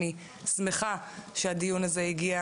אני שמחה שהדיון הזה הגיע